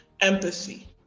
Empathy